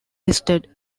listed